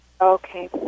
Okay